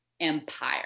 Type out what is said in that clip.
empire